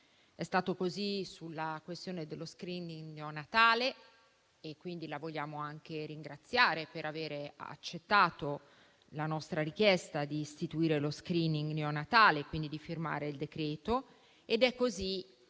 È stato così sulla questione dello *screening* neonatale; a tal proposito, la vogliamo ringraziare per aver accettato la nostra richiesta di istituire lo *screening* neonatale e quindi di firmare il decreto. Ed è così